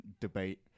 debate